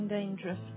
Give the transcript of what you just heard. Dangerous